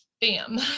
bam